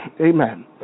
Amen